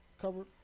cover